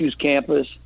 campus